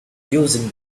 using